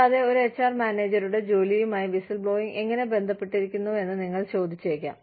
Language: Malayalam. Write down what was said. കൂടാതെ ഒരു എച്ച്ആർ മാനേജരുടെ ജോലിയുമായി വിസിൽബ്ലോയിംഗ് എങ്ങനെ ബന്ധപ്പെട്ടിരിക്കുന്നുവെന്ന് നിങ്ങൾ ചോദിച്ചേക്കാം